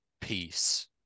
Peace